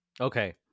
Okay